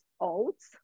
oats